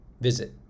visit